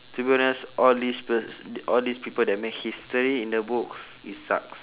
to be honest all these pers~ all these people that make history in the books is sucks